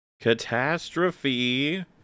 catastrophe